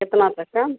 कितना तक का